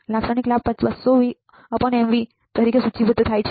લાક્ષણિક લાભ 200 VmV 200000 તરીકે સૂચિબદ્ધ છે